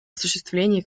осуществлении